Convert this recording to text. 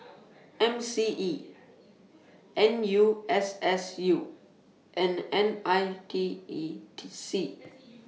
M C E N U S S U and N I T E C